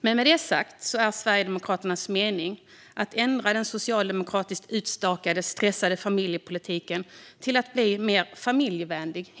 Med det sagt är det Sverigedemokraternas mening att ändra den socialdemokratiskt utstakade stressade familjepolitiken till att helt enkelt bli mer familjevänlig.